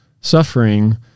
suffering